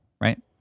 right